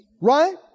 Right